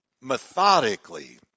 methodically